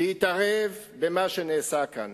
להתערב במה שנעשה כאן.